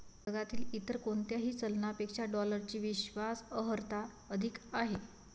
जगातील इतर कोणत्याही चलनापेक्षा डॉलरची विश्वास अर्हता अधिक आहे